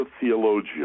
theologia